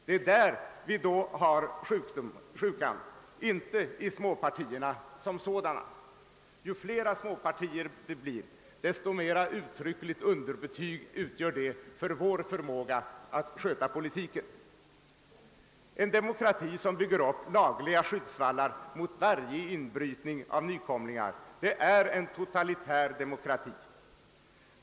Det är där sjukdomen i så fall ligger, inte i småpartierna som sådana. Ju fler småpartier som bildas, desto uttryckligare underbetyg utgör det för vår förmåga att sköta politiken. En demokrati som bygger upp lagliga skyddsvallar mot varje inbrytning av nykomlingar är en totalitär demokrati.